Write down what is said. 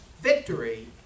victory